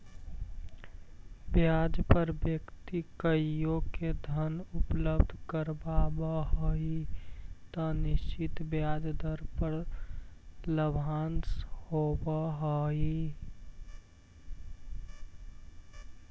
ब्याज पर व्यक्ति कोइओ के धन उपलब्ध करावऽ हई त निश्चित ब्याज दर पर लाभांश होवऽ हई